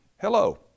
Hello